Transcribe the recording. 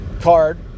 card